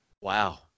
Wow